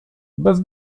bez